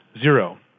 Zero